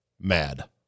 mad